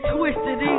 Twisted